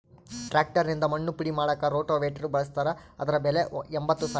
tractor ನಿಂದ ಮಣ್ಣು ಪುಡಿ ಮಾಡಾಕ ರೋಟೋವೇಟ್ರು ಬಳಸ್ತಾರ ಅದರ ಬೆಲೆ ಎಂಬತ್ತು ಸಾವಿರ